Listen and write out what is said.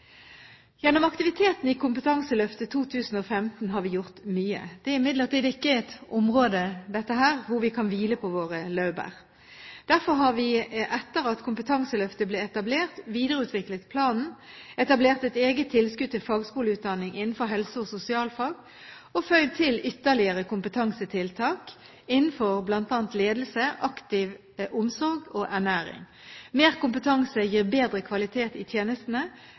Gjennom aktiviteten i Kompetanseløftet 2015 har vi gjort mye. Dette er imidlertid ikke et område hvor vi kan hvile på våre laurbær. Derfor har vi etter at Kompetanseløftet ble etablert, videreutviklet planen, etablert et eget tilskudd til fagskoleutdanning innenfor helse- og sosialfag og føyd til ytterligere kompetansetiltak innenfor bl.a. ledelse, aktiv omsorg og ernæring. Mer kompetanse gir bedre kvalitet i tjenestene,